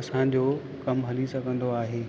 असांजो कमु हली सघंदो आहे